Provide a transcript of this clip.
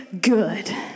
good